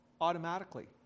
automatically